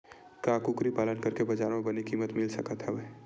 का कुकरी पालन करके बजार म बने किमत मिल सकत हवय?